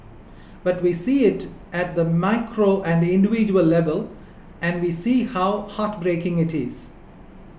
but we see it at the micro and individual level and we see how heartbreaking it is